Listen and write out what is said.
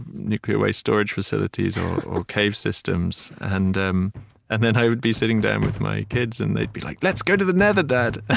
nuclear waste storage facilities or or cave systems, and um and then i would be sitting down with my kids, and they'd be like, let's go to the nether, dad! and